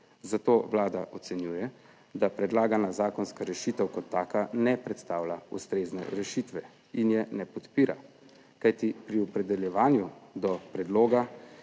Zato Vlada ocenjuje, da predlagana zakonska rešitev kot taka ne predstavlja ustrezne rešitve in je ne podpira, kajti pri opredeljevanju do predloga